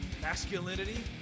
masculinity